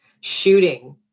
Shooting